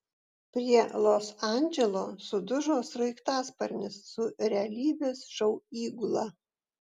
prie los andželo sudužo sraigtasparnis su realybės šou įgula